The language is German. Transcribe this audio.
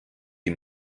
die